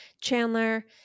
chandler